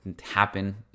happen